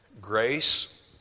Grace